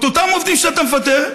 אותם עובדים שאתה מפטר,